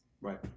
Right